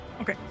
Okay